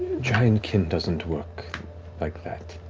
giant kin doesn't work like that.